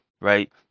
right